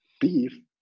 beef